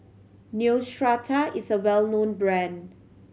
Neostrata is a well known brand